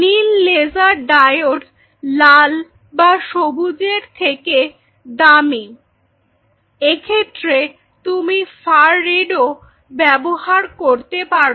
নীল laser diode লাল বা সবুজের থেকে দামি এক্ষেত্রে তুমি ফার রেডও ব্যবহার করতে পারো